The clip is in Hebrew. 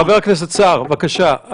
חבר הכנסת סער, בבקשה.